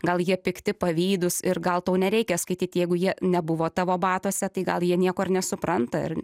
gal jie pikti pavydūs ir gal tau nereikia skaityt jeigu jie nebuvo tavo batuose tai gal jie nieko ir nesupranta ir